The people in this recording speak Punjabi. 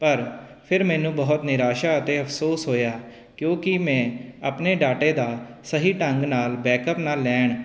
ਪਰ ਫਿਰ ਮੈਨੂੰ ਬਹੁਤ ਨਿਰਾਸ਼ਾ ਅਤੇ ਅਫਸੋਸ ਹੋਇਆ ਕਿਉਂਕਿ ਮੈਂ ਆਪਣੇ ਡਾਟਾ ਦਾ ਸਹੀ ਢੰਗ ਨਾਲ ਬੈਕਅਪ ਨਾ ਲੈਣ